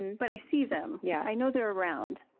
but i see them. yeah i know they're around.